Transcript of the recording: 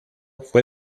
fue